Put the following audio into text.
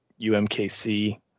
umkc